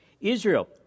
Israel